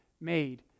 made